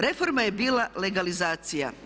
Reforma je bila legalizacija.